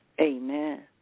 Amen